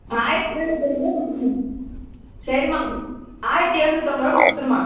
ஆயிரத்தி ஏழ்நூற்றம்பது ரூவா கொடுத்துருங்க சரிம்மா ஆயிரத்தி ஏழு நூற்றம்பது ரூவா கொடுத்துரும்மா